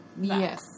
Yes